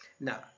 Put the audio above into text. Now